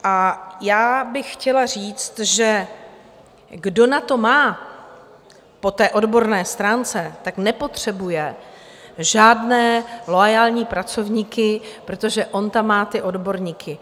A já bych chtěla říct, že kdo na to má po odborné stránce, nepotřebuje žádné loajální pracovníky, protože on tam má odborníky.